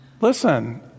Listen